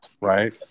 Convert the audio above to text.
right